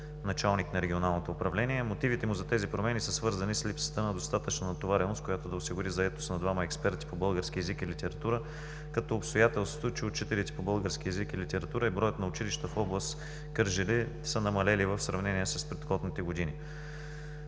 началник на Регионалното управление. Мотивите му за тези промени са свързани с липсата на достатъчна натовареност, която да осигури заетост на двама експерти по български език и литература, като обстоятелството, че учителите по български език и литература и броят на училищата в област Кърджали са намалени в сравнение с предходните години.